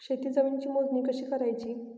शेत जमिनीची मोजणी कशी करायची?